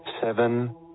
Seven